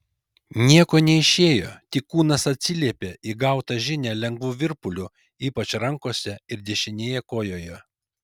nieko neišėjo tik kūnas atsiliepė į gautą žinią lengvu virpuliu ypač rankose ir dešinėje kojoje